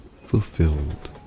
fulfilled